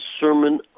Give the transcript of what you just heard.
Sermon